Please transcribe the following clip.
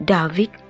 David